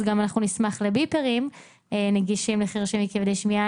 אז אנחנו נשמח גם לביפרים נגישים לחירשים וכבדי שמיעה,